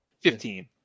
Fifteen